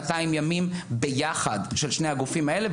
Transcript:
200 ימים ביחד של שני הגופים האלה,